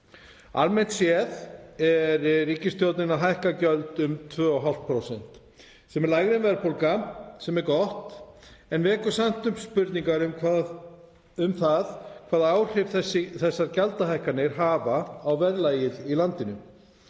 Almennt séð er ríkisstjórnin að hækka gjöld um 2,5% sem er lægra en verðbólga, sem er gott, en vekur samt upp spurningar um hvaða áhrif þessar gjaldahækkanir hafa á verðlag í landinu.